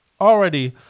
already